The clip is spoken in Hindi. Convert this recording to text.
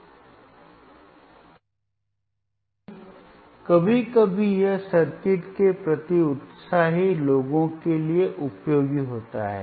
साथ ही कभी कभी यह सर्किट के प्रति उत्साही लोगों के लिए उपयोगी होता है